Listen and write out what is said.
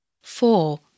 Four